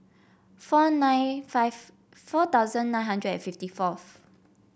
four nine five four thousand nine hundred and fifty fourth